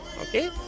Okay